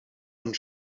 und